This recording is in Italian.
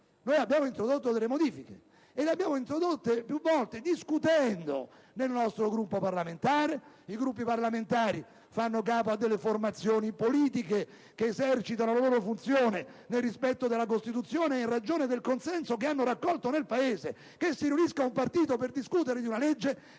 Noi abbiamo introdotto alcune modifiche, più volte anche discutendo all'interno del nostro Gruppo parlamentare. I Gruppi parlamentari fanno capo a formazioni politiche che esercitano la loro funzione nel rispetto della Costituzione e in ragione del consenso che hanno raccolto nel Paese. Il fatto che si riunisca un partito per discutere un